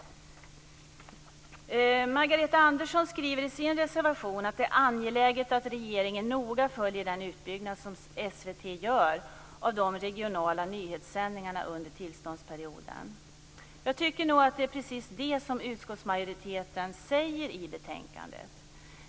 Margareta Andersson skriver i sin reservation att det är angeläget att regeringen noga följer den utbyggnad som SVT gör av de regionala nyhetssändningarna under tillståndsperioden. Jag tycker nog att det är precis det som utskottsmajoriteten säger i betänkandet.